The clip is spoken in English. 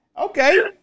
Okay